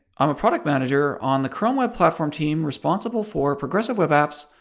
i'm a product manager on the chrome web platform team responsible for progressive web apps,